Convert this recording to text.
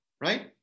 right